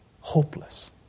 Hopeless